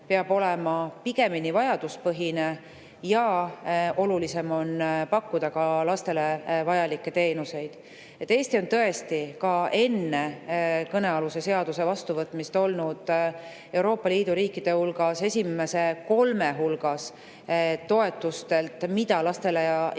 peab olema pigem vajaduspõhine ja olulisem on pakkuda lastele vajalikke teenuseid. Eesti oli ka enne kõnealuse seaduse vastuvõtmist Euroopa Liidu riikide puhul esimese kolme hulgas toetuste mõttes, mida lastele ja